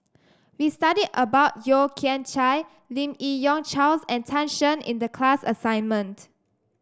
we studied about Yeo Kian Chai Lim Yi Yong Charles and Tan Shen in the class assignment